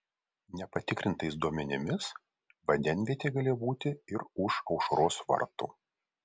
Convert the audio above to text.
nepatikrintais duomenimis vandenvietė galėjo būti ir už aušros vartų